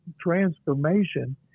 transformation